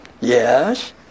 Yes